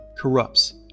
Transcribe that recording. corrupts